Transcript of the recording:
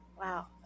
Wow